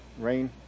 rain